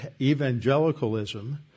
evangelicalism